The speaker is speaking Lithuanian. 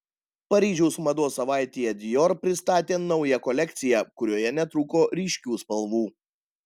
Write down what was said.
paryžiaus mados savaitėje dior pristatė naują kolekciją kurioje netrūko ryškių spalvų